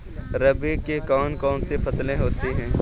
रबी की कौन कौन सी फसलें होती हैं?